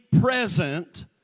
present